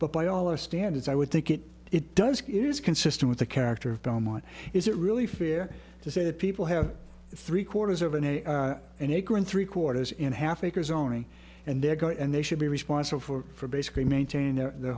but by all our standards i would think it it does it is consistent with the character of belmont is it really fair to say that people have three quarters of an a and acre and three quarters and a half acre zoning and they're going and they should be responsible for basically maintaining their